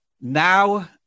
now